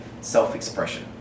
self-expression